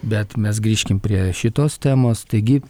bet mes grįžkim prie šitos temos taigi